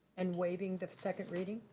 and waiving the second reading?